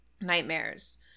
nightmares